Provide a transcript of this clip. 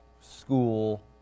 school